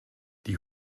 die